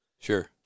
Sure